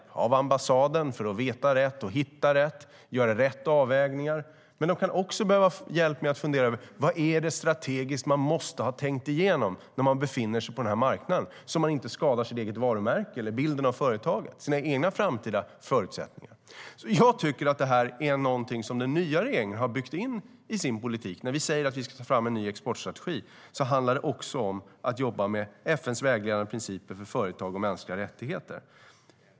De behöver hjälp av ambassaden för att veta rätt, hitta rätt och göra rätt avvägningar. Men de kan också behöva hjälp med att fundera över vad det är man strategiskt måste ha tänkt igenom när man befinner sig på den här marknaden så att man inte skadar sitt eget varumärke, bilden av företaget eller sina egna framtida förutsättningar. Jag tycker att det här är någonting som den nya regeringen har byggt in i sin politik. När vi säger att vi ska ta fram en ny exportstrategi handlar det också om att jobba med FN:s vägledande principer för företag och mänskliga rättigheter.